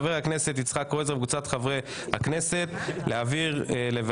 אני חייב להבין,